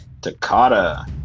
Takata